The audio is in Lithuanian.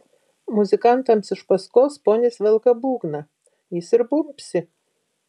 muzikantams iš paskos ponis velka būgną jis ir bumbsi